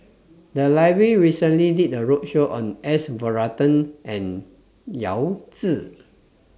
The Library recently did A roadshow on S Varathan and Yao Zi